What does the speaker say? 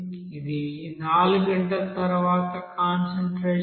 ఇది 4 గంటల తర్వాత కాన్సంట్రేషన్